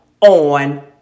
on